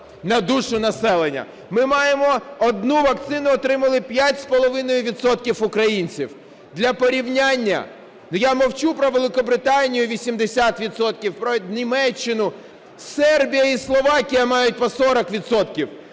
на душу населення. Ми маємо, одну вакцину отримали 5,5 відсотків українців. Для порівняння… Я мовчу про Великобританію – 80 відсотків, про Німеччину, Сербія і Словакія мають по 40